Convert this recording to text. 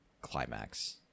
climax